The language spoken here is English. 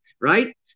right